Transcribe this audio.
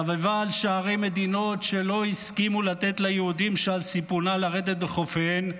סבבה שערי מדינות שלא הסכימו לתת ליהודים שעל סיפונה לרדת בחופיהן,